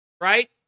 right